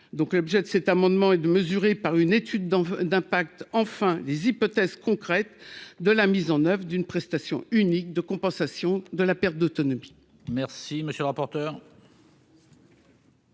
l'objet de cet amendement et de mesurer par une étude d'impact, enfin des hypothèses concrètes de la mise en oeuvre d'une prestation unique de compensation de la perte d'autonomie.